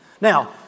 Now